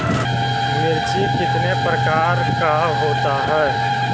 मिर्ची कितने प्रकार का होता है?